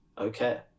Okay